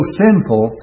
sinful